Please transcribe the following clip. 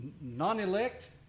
non-elect